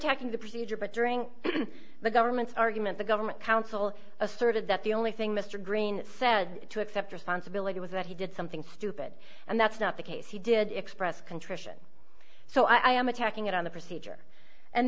talking to procedure but during the government's argument the government counsel asserted that the only thing mr green said to accept responsibility was that he did something stupid and that's not the case he did express contrition so i am attacking it on the procedure and